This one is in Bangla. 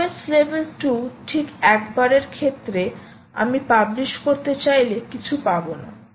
QoS লেভেল 2 ঠিক একবারের ক্ষেত্রে আমি পাবলিশ করতে চাইলে কিছু পাবোনা